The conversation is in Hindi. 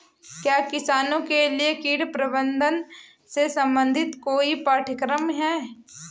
क्या किसानों के लिए कीट प्रबंधन से संबंधित कोई पाठ्यक्रम है?